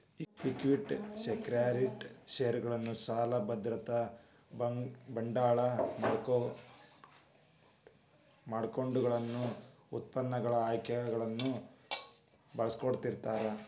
equity securities ಷೇರುಗಳನ್ನ ಸಾಲ ಭದ್ರತೆಗಳ ಬಾಂಡ್ಗಳ ಬ್ಯಾಂಕ್ನೋಟುಗಳನ್ನ ಉತ್ಪನ್ನಗಳು ಆಯ್ಕೆಗಳನ್ನ ಒಳಗೊಂಡಿರ್ತದ